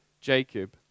Jacob